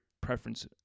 preference